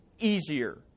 easier